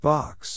Box